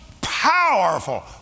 powerful